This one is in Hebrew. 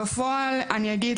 בפועל אני אגיד,